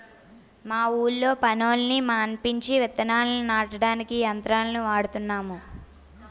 మా ఊళ్ళో పనోళ్ళని మానిపించి విత్తనాల్ని నాటడానికి యంత్రాలను వాడుతున్నాము